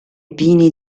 pini